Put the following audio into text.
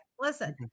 Listen